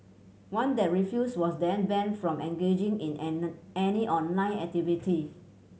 one that refused was then banned from engaging in any online activity